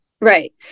right